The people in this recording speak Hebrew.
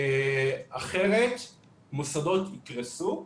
אחרת מוסדות יקרסו,